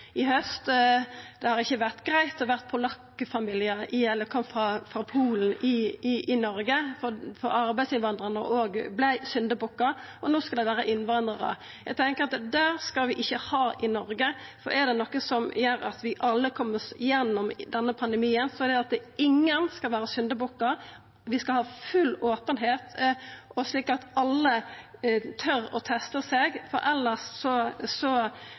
Noreg, for arbeidsinnvandrarane vart òg syndebukkar. Og no skal det vera innvandrarar. Eg tenkjer at slik skal vi ikkje ha det i Noreg, for er det noko som gjer at vi alle kjem oss gjennom denne pandemien, er det at ingen skal vera syndebukkar. Vi skal ha full openheit, slik at alle tør å testa seg, for elles går dette i heilt feil retning. Når det gjeld beredskap og at det finst så mange forskjellige beredskapar, så